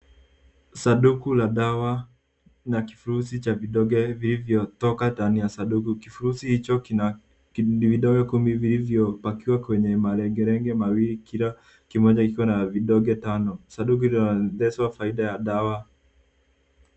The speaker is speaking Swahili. Sanduku la dawa na kifurushi cha donge zilizo toka ndani ya kisanduku. Kifurushi hicho kina vidonge kumi vilivyo pakiwa kwenye malengelenge mawili kila kimoja kikiwa na vidonge tano. Sanduku hilo linaonyesha faida ya dawa.